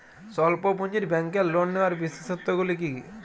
স্বল্প পুঁজির ব্যাংকের লোন নেওয়ার বিশেষত্বগুলি কী কী?